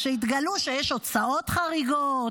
כשהתגלו שיש הוצאות חריגות,